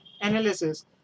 analysis